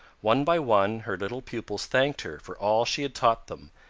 one by one her little pupils thanked her for all she had taught them,